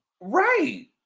Right